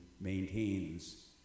maintains